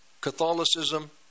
Catholicism